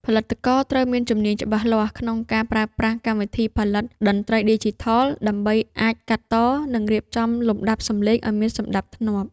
ផលិតករត្រូវមានជំនាញច្បាស់លាស់ក្នុងការប្រើប្រាស់កម្មវិធីផលិតតន្ត្រីឌីជីថល ដើម្បីអាចកាត់ត និងរៀបចំលំដាប់សំឡេងឱ្យមានសណ្ដាប់ធ្នាប់។